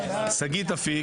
שגית אפק,